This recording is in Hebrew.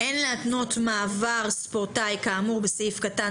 אין להתנות מעבר ספורטאי כאמור בסעיף קטן